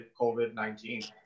COVID-19